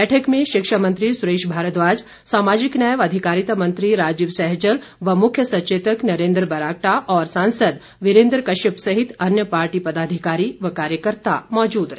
बैठक में शिक्षा मंत्री सुरेश भारद्वाज सामाजिक न्याय व अधिकारिता मंत्री राजीव सहजल व मुख्य सचेतक नरेंद्र बरागटा और सांसद वीरेंद्र कश्यप सहित अन्य पार्टी पदाधिकारी व कार्यकर्ता मौजूद रहे